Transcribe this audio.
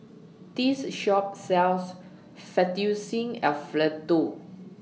This Shop sells Fettuccine Alfredo